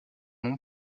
nom